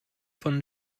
von